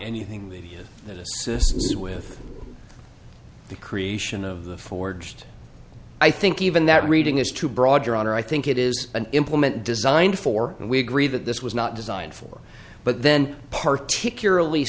anything with this with the creation of the forged i think even that reading is too broad your honor i think it is an implement designed for and we agree that this was not designed for but then particularly